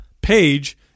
page